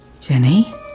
Jenny